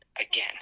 again